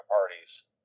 parties